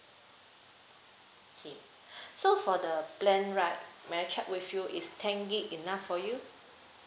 okay so for the plan right may I check with you is ten gig enough for you